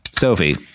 Sophie